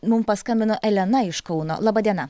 mums paskambino elena iš kauno laba diena